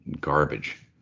garbage